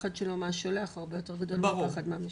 הפחד שלו מהשולח הרבה יותר גדול מהפחד מהמשטרה.